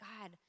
God